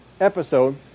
episode